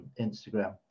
Instagram